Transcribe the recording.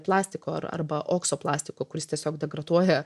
plastiko ar arba okso plastiko kuris tiesiog degraduoja